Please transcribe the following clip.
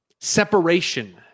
Separation